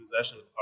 possession